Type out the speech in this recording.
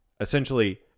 essentially